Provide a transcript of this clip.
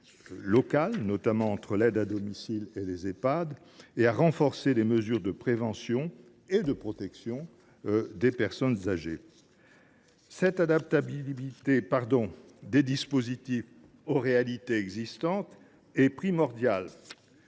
locale, notamment entre l’aide à domicile et les Ehpad, et à renforcer les mesures de prévention et de protection des personnes âgées. Cette adaptabilité des dispositifs aux réalités existantes est primordiale,